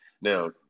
Now